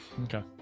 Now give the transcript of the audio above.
Okay